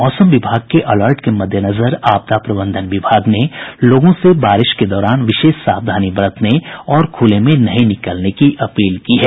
मौसम विभाग के अलर्ट के मद्देनजर आपदा प्रबंधन विभाग ने लोगों से बारिश के दौरान विशेष सावधानी बरतने और खुले में नहीं निकलने की अपील की है